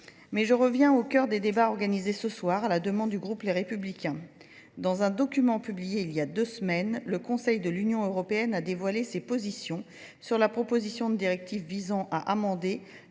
Mais je reviens au cœur des débats organisés ce soir à la demande du groupe Les Républicains. Dans un document publié il y a deux semaines, le Conseil de l'Union Européenne a dévoilé ses positions sur la proposition de directive visant à amender